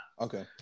Okay